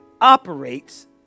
operates